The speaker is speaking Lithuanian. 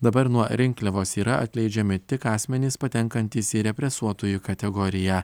dabar nuo rinkliavos yra atleidžiami tik asmenys patenkantys į represuotųjų kategoriją